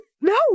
No